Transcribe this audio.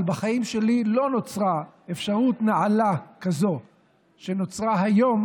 אבל בחיים שלי לא נוצרה אפשרות נעלה כזו שנוצרה היום,